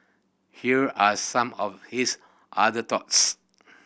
here are some of his other thoughts